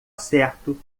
certo